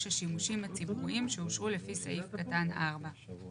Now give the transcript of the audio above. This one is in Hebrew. השימושים הציבוריים שאושרו לפי סעיף קטן (4);